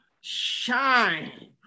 shine